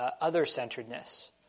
other-centeredness